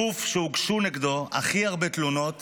הגוף שהוגשו נגדו הכי הרבה תלונות